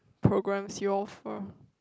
programs you offer